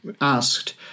asked